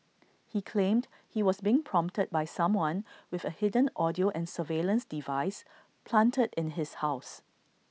he claimed he was being prompted by someone with A hidden audio and surveillance device planted in his house